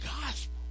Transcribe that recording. gospel